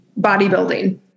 bodybuilding